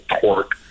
torque